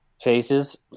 faces